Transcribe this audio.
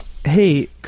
Hey